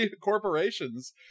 corporations